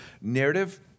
narrative